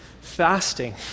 fasting